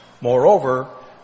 Moreover